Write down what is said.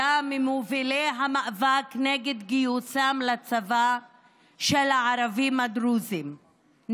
הוא היה ממובילי המאבק נגד גיוסם לצבא של הערבים הדרוזים,